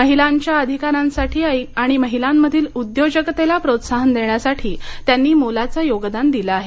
महिलांच्या अधिकारांसाठी आणि महिलांमधील उद्योजकतेला प्रोत्साहन देण्यासाठी त्यांनी मोलाचं योगदान दिलं आहे